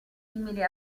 simile